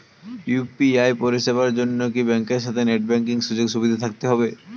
UPI পরিষেবার জন্য কি ব্যাংকের সাথে নেট ব্যাঙ্কিং সুযোগ সুবিধা থাকতে হবে?